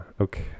okay